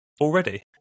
already